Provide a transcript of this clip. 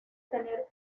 tener